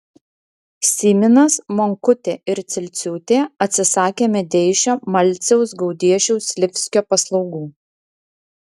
syminas monkutė ir cilciūtė atsisakė medeišio malciaus gaudiešiaus slivskio paslaugų